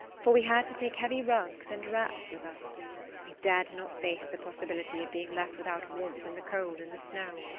for we had to take heavy rugs and wraps with us we dared not face the possibility of being left without warmth in the cold and the snow.